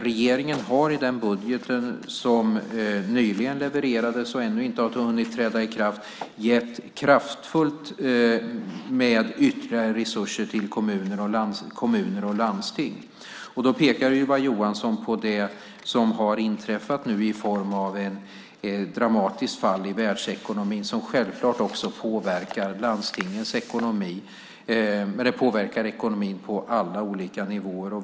Regeringen har i den budget som nyligen levererades och ännu inte har hunnit träda i kraft gett kraftfullt med ytterligare resurser till kommuner och landsting. Ylva Johansson pekar på det som har inträffat i form av ett dramatiskt fall i världsekonomin, som självklart också påverkar landstingens ekonomi och ekonomin på alla olika nivåer.